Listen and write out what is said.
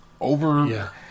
over